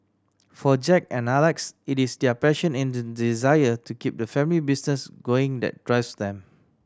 for Jack and Alex it is their passion and desire to keep the family business going that drives them